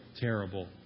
terrible